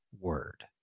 word